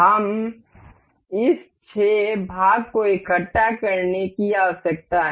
हमें इस छह भाग को इकट्ठा करने की आवश्यकता है